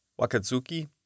Wakatsuki